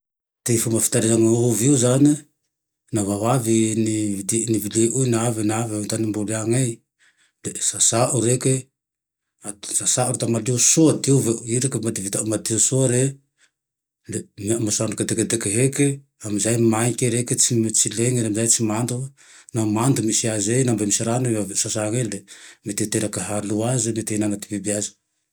Ty fomba fitahirizany ovy io zane, lafa avy i nividi-niviliao iny, niavy antanim-boly ane de sasao reke. Sasao atao malio soa, diovy, i reke vitao madio soa re, de omeo masoandro kedekedeky heke ame zay maike reke, tsy lene, tsy mando. Naho mando e misy aze e, naho mbe misy rano i ave nisasane nete hiterake hahalo aze na ty hihinana ty biby aze.